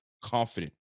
confident